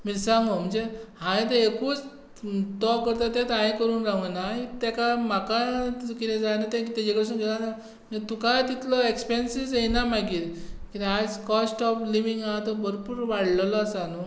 मिरसांगो म्हणचे हांवें तें एकूच म्हणचे तो करता तें हांवें तेंच करपाक गावना इफ ताका म्हाका कितें जाय न्हय तें ताचे कडसून घेवन मागीर तुकाय तितलो एक्सपेन्सीस येना मागीर कित्याक आयज कॉस्ट ऑफ लिव्हींग भरपूर वाडलेलो आसा